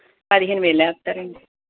పదిహేను వేలు వేస్తారండి